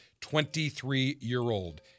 23-year-old